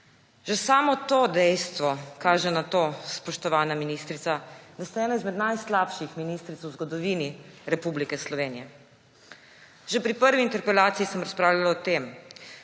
Že samo to dejstvo kaže na to, spoštovana ministrica, da ste ena izmed najslabših ministric v zgodovini Republike Slovenije. Že pri prvi interpelaciji sem razpravljala o tem,